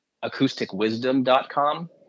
acousticwisdom.com